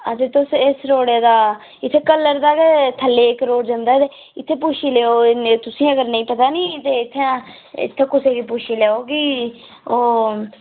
हां ते तुस इस रोडे दा इत्थें कल्लर दा गै थल्ले इक रोड जंदा ते इत्थै पुच्छी लैओ कि तुसें अगर नेईं पता नी ते इत्थै इत्थै कुसै गी पुच्छी लैओ कि ओह्